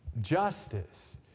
justice